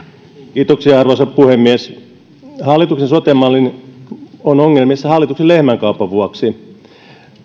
jatkaa arvoisa puhemies hallituksen sote malli on ongelmissa hallituksen lehmänkaupan vuoksi